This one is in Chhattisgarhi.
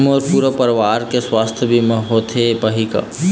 मोर पूरा परवार के सुवास्थ बीमा होथे पाही का?